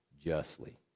justly